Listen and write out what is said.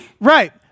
right